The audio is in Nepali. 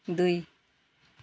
दुई